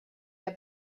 der